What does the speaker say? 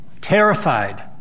Terrified